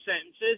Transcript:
sentences